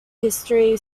history